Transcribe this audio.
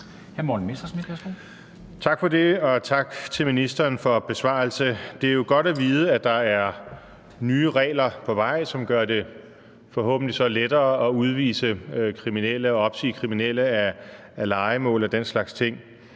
Tak for det, og tak til ministeren for besvarelsen. Det er jo godt at vide, at der er nye regler på vej, som så forhåbentlig gør det lettere at udvise kriminelle og opsige kriminelle fra lejemål og den slags ting.